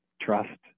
trust